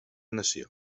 nació